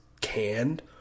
canned